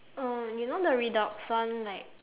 uh you know the redoxon like